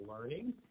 learning